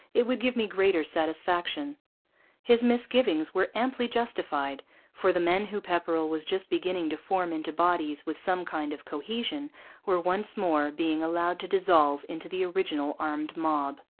it would give me greater sattysfaction his misgivings were amply justified for the men whom pepperrell was just beginning to form into bodies with some kind of cohesion were once more being allowed to dissolve into the original armed mob.